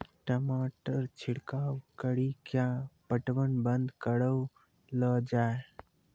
टमाटर छिड़काव कड़ी क्या पटवन बंद करऽ लो जाए?